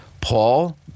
Paul